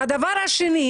שנית,